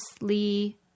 Lee